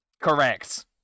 Correct